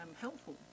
Helpful